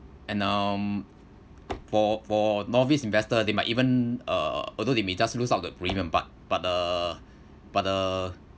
and um for for novice investor they might even uh although they may just lose out the premium but but uh but uh